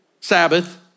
Sabbath